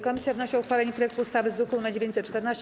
Komisja wnosi o uchwalenie projektu ustawy z druku nr 914.